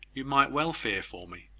you might well fear for me.